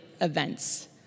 events